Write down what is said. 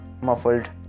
Muffled